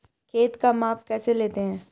खेत का माप कैसे लेते हैं?